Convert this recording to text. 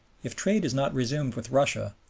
if trade is not resumed with russia,